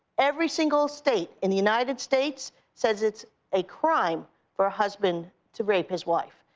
every single state in the united states says it's a crime for a husband to rape his wife.